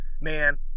Man